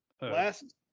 Last